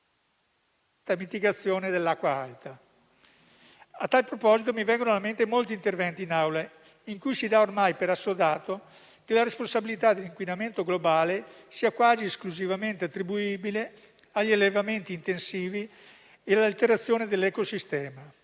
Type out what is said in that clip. alla mitigazione dell'acqua alta. A tal proposito mi vengono in mente molti interventi in Aula, in cui si dà ormai per assodato che la responsabilità dell'inquinamento globale sia quasi esclusivamente attribuibile agli allevamenti intensivi e all'alterazione dell'ecosistema,